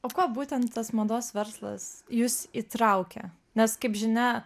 o ko būtent tas mados verslas jus įtraukia nes kaip žinia